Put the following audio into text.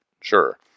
Sure